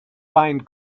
find